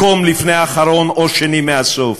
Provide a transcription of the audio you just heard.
מקום לפני האחרון או שני מהסוף.